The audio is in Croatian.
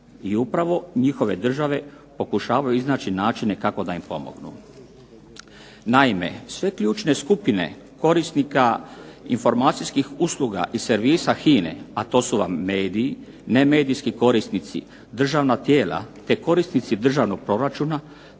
I upravo njihove države pokušavaju iznaći načine kako da im pomognu. Naime, sve ključne skupine korisnika informacijskih usluga i servisa HINA-e a to su vam mediji, ne medijski korisnici, državna tijela, te korisnici državnog proračuna